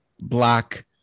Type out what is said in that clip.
black